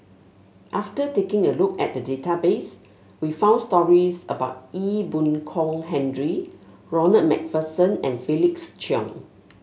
after taking a look at the database we found stories about Ee Boon Kong Henry Ronald MacPherson and Felix Cheong